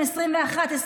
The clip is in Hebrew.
העשרים-ואחת,